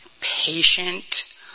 patient